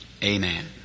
Amen